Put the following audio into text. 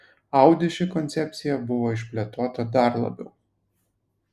audi ši koncepcija buvo išplėtota dar labiau